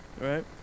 Right